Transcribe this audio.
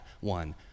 one